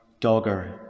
Dogger